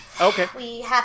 okay